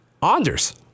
Anders